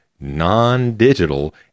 non-digital